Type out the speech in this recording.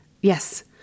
Yes